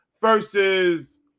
versus